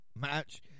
match